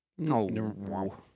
No